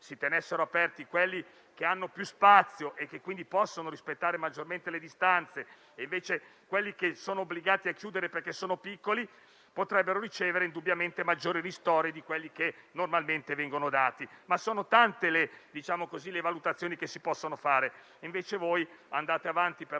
si tenessero aperti quelli che hanno più spazio e che possono rispettare maggiormente le distanze, quelli che sono obbligati a chiudere perché piccoli potrebbero ricevere indubbiamente maggiori ristori di quelli che normalmente vengono dati. Sono tante le valutazioni che si possono fare e invece voi andate avanti per